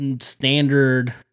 standard